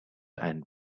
and